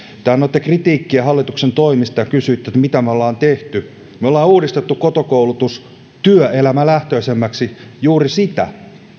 te annoitte kritiikkiä hallituksen toimista ja kysyitte mitä me olemme tehneet me olemme uudistaneet koto koulutuksen työelämälähtöisemmäksi juuri sitä